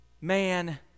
man